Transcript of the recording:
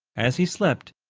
as he slept,